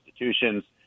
institutions